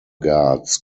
guards